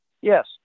Yes